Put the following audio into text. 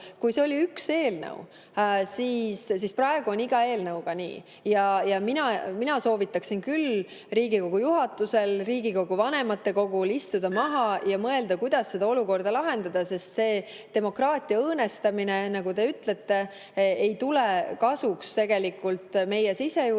See oli üks eelnõu, aga praegu on iga eelnõuga nii. Mina soovitaks küll Riigikogu juhatusel, Riigikogu vanematekogul istuda maha ja mõelda, kuidas seda olukorda lahendada, sest demokraatia õõnestamine, nagu te ütlete, ei tule kasuks meie sisejulgeolekule,